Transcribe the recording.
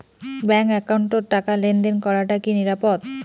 Bank একাউন্টত টাকা লেনদেন করাটা কি নিরাপদ?